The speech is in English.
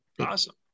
Awesome